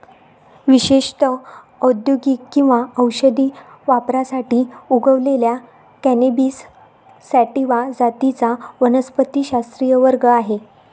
विशेषत औद्योगिक किंवा औषधी वापरासाठी उगवलेल्या कॅनॅबिस सॅटिवा जातींचा वनस्पतिशास्त्रीय वर्ग आहे